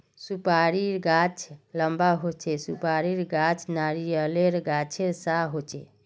सुपारीर गाछ लंबा होचे, सुपारीर गाछ नारियालेर गाछेर सा होचे